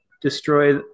destroy